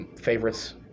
favorites